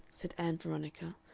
said ann veronica,